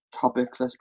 topics